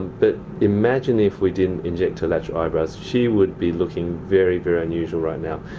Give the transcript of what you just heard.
but imagine if we didn't inject her lateral eyebrows. she would be looking very, very unusual right now.